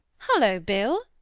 hullo, bill!